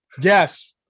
yes